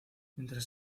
mientras